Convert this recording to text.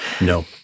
No